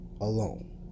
alone